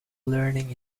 learning